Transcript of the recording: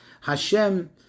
Hashem